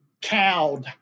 cowed